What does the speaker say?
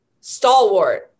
stalwart